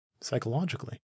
psychologically